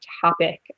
topic